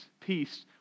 peace